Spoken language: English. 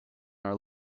our